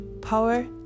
power